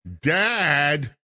dad